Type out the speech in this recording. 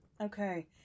Okay